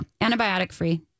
antibiotic-free